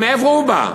מאיפה הוא בא?